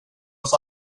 oss